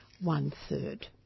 one-third